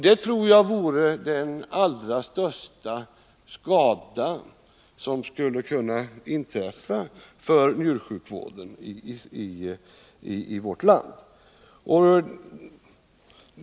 Det tror jag vore den allra största skada som skulle kunna inträffa för njursjukvården i vårt land.